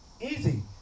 Easy